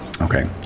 Okay